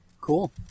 Cool